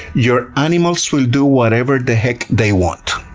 your animals will do whatever the heck they want.